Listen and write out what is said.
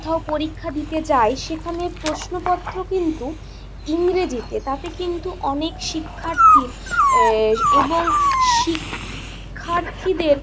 কোথাও পরীক্ষা দিতে যায় সেখানে প্রশ্নপত্র কিন্তু ইংরেজিতে তাতে কিন্তু অনেক শিক্ষার্থীর এবং শিক্ষার্থীদের